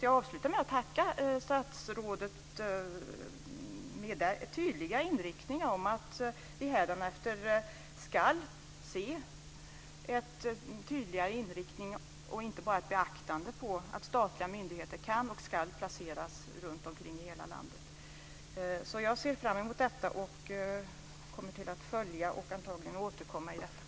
Jag tackar statsrådet för att man hädanefter ska visa en tydlig inriktning och inte bara utöva ett beaktande av att statliga myndigheter kan och ska placeras ut över hela landet. Jag ser fram emot detta, och jag kommer att följa frågan och antagligen även återkomma i frågan.